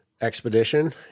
expedition